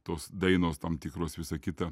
tos dainos tam tikros visa kita